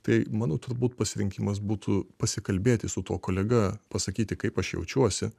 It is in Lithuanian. tai mano turbūt pasirinkimas būtų pasikalbėti su tuo kolega pasakyti kaip aš jaučiuosi